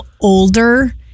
older